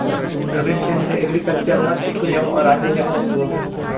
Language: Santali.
ᱟᱹᱵᱤᱱ ᱴᱷᱮᱱ ᱮᱜᱨᱤᱠᱟᱞᱪᱟᱨ ᱨᱮᱱᱟᱜ ᱪᱮᱫ ᱠᱚ ᱧᱟᱢᱚᱜᱼᱟ ᱨᱟᱱ ᱠᱚ ᱧᱟᱢᱚᱜᱼᱟ ᱥᱮ ᱵᱟᱝ